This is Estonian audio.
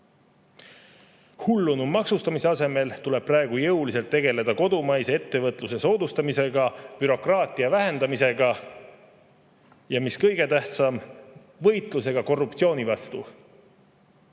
Hullunud maksustamise asemel tuleb praegu jõuliselt tegeleda kodumaise ettevõtluse soodustamisega, bürokraatia vähendamisega ja – mis kõige tähtsam – võitlusega korruptsiooni vastu.